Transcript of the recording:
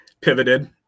pivoted